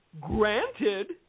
Granted